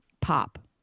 pop